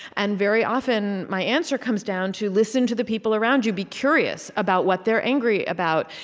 and very often, my answer comes down to, listen to the people around you. be curious about what they're angry about.